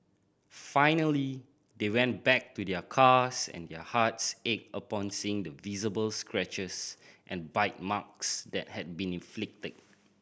finally they went back to their cars and their hearts ached upon seeing the visible scratches and bite marks that had been inflicted